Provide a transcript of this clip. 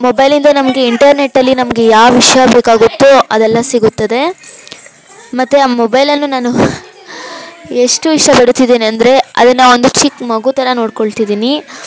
ಮೊಬೈಲಿಂದ ನಮಗೆ ಇಂಟರ್ನೆಟ್ಟಲ್ಲಿ ನಮಗೆ ಯಾವ ವಿಷಯ ಬೇಕಾಗುತ್ತೋ ಅದೆಲ್ಲ ಸಿಗುತ್ತದೆ ಮತ್ತು ಆ ಮೊಬೈಲನ್ನು ನಾನು ಎಷ್ಟು ಇಷ್ಟಪಡುತ್ತಿದ್ದೇನೆ ಅಂದರೆ ಅದನ್ನು ಒಂದು ಚಿಕ್ಕ ಮಗು ಥರ ನೋಡ್ಕೊಳ್ತಿದ್ದೀನಿ